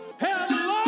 Hello